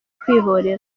kwihorera